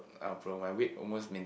um from my weak almost main